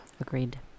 Agreed